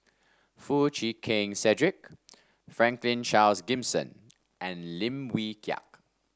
Foo Chee Keng Cedric Franklin Charles Gimson and Lim Wee Kiak